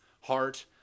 heart